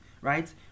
right